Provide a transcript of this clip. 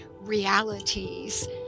realities